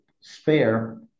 spare